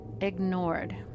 ignored